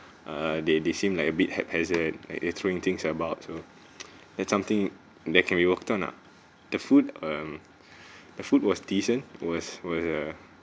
uh they they seem like a bit ha~ hazard and and throwing things about so that something that can we work on lah the food um the food was decent was was err